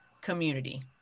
community